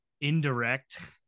indirect